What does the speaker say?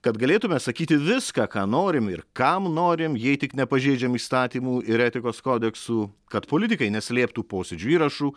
kad galėtume sakyti viską ką norim ir kam norim jei tik nepažeidžiam įstatymų ir etikos kodeksų kad politikai neslėptų posėdžių įrašų